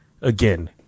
Again